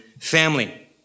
family